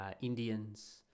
Indians